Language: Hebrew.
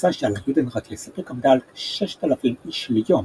המכסה שעל היודנראט לספק עמדה על 6,000 איש ליום,